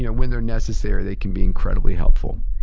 you know when they're necessary, they can be incredibly helpful.